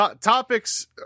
topics